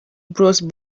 bruce